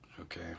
Okay